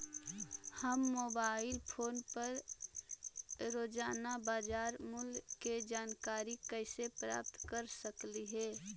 हम mobile phone पर रोजाना बाजार मूल्य के जानकारी कैसे प्राप्त कर सकली हे?